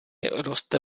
roste